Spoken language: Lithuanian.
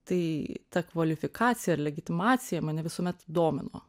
tai ta kvalifikacija ir legitimacija mane visuomet domino